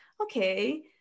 okay